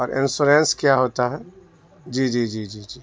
اور انشورینس کیا ہوتا ہے جی جی جی جی جی